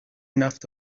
نفت